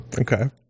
Okay